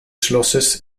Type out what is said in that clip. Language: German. schlosses